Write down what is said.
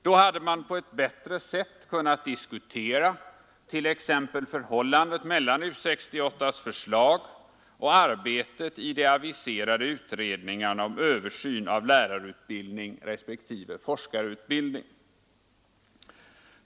Då hade man på ett bättre sätt kunnat diskutera t.ex. förhållandet mellan U 685 förslag och arbetet i de aviserade utredningarna om översyn av lärarutbildning respektive forskarutbildning.